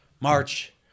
March